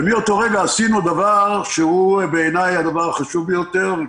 מאותו רגע עשינו דבר שהוא בעיניי הדבר החשוב ביותר.